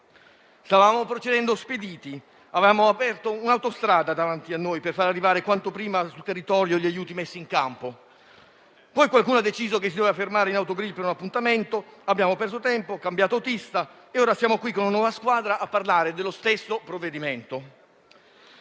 Stavamo procedendo spediti e avevamo aperto un'autostrada davanti a noi, per far arrivare quanto prima sul territorio gli aiuti messi in campo. Poi qualcuno ha deciso che si doveva fermare in autogrill per un appuntamento, abbiamo perso tempo, cambiato autista e ora siamo qui con una nuova squadra a parlare dello stesso provvedimento.